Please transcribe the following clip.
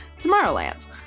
Tomorrowland